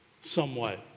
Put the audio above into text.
somewhat